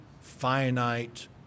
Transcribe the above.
finite